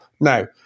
Now